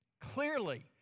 Clearly